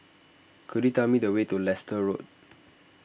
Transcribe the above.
could you tell me the way to Leicester Road